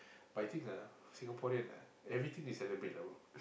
but I think ah Singaporean ah everything they celebrate lah bro